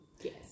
Yes